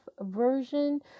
version